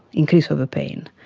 increase of pain.